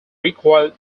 recoil